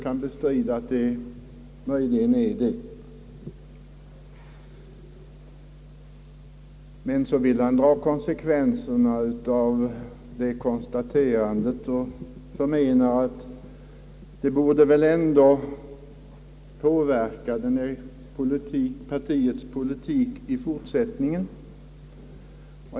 Men så ville herr Lundström dra konsekvenserna av detta konstaterande och menade att utslaget borde påverka partiets politik i fortsättningen.